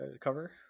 cover